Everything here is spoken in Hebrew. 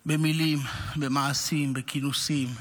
במילים, במעשים, בכינוסים,